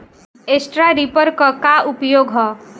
Straw reaper क का उपयोग ह?